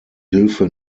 hilfe